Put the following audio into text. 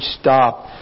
stop